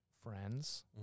Friends